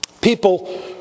People